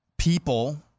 people